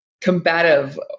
combative